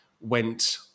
went